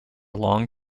long